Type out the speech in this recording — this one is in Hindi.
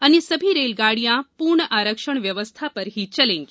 अन्य सभी रेलगाड़ियां पूर्ण आरक्षण व्यवस्था पर ही चलेंगी